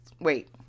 wait